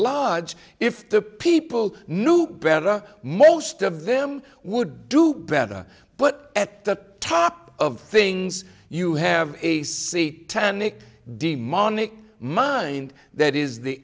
large if the people knew better most of them would do better but at the top of things you have a seat tunick daemonic mind that is the